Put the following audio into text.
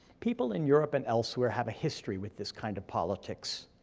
people in europe and elsewhere have a history with this kind of politics.